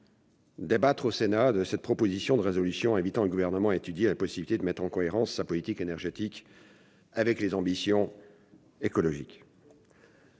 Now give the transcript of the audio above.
débattre au Sénat de cette proposition de résolution invitant le Gouvernement à étudier la possibilité de mettre en cohérence sa politique énergétique avec ses ambitions écologiques.